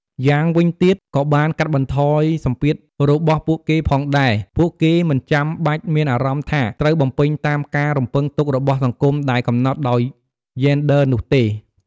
យ៉ាងវិញទៀតក៏បានកាត់បន្ថយសម្ពាធរបស់ពួកគេផងដែរ ពួកគេមិនចាំបាច់មានអារម្មណ៍ថាត្រូវបំពេញតាមការរំពឹងទុករបស់សង្គមដែលកំណត់ដោយយេនឌ័រនោះទេ។